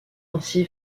ainsi